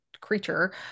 creature